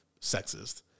sexist